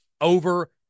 over